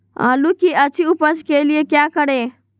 आलू की अच्छी उपज के लिए क्या करें?